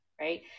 right